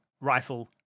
rifle